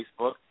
Facebook